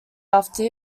after